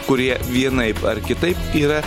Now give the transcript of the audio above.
kurie vienaip ar kitaip yra